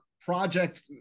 project